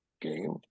game